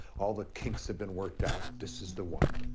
all the kinks have been worked out. this is the one.